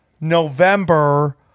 November